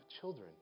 children